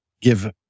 Give